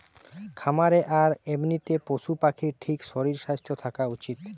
খামারে আর এমনিতে পশু পাখির ঠিক শরীর স্বাস্থ্য থাকা উচিত